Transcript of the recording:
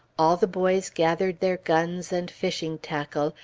all the boys gathered their guns and fishing-tackle,